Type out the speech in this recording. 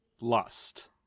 Lust